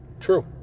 True